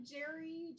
Jerry